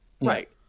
Right